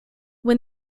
when